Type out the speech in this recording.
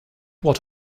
what